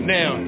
Now